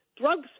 drugs